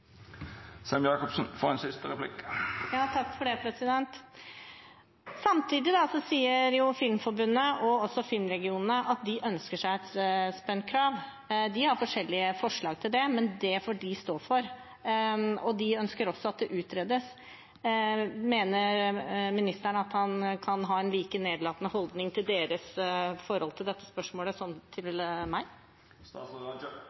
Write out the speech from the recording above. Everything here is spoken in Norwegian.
Samtidig sier Filmforbundet og også filmregionene at de ønsker seg et spendkrav. De har forskjellige forslag til det, men det får de stå for. De ønsker også at det utredes. Mener ministeren at han kan ha en like nedlatende holdning til deres forhold til dette spørsmålet, som til